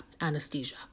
anesthesia